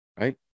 right